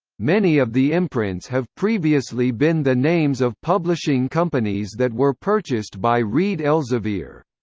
many of the imprints have previously been the names of publishing companies that were purchased by reed elsevier.